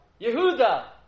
Yehuda